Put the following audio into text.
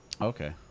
Okay